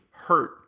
hurt